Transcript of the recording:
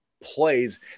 plays